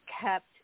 kept